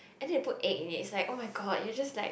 and then they put egg in it it's like oh-my-god you're just like